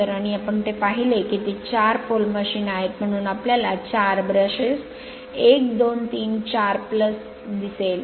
तर आणि आपण ते पाहिले की ते 4 pole मशीन आहेत म्हणून आपल्याला 4 ब्रशेस 1 2 3 4 दिसेल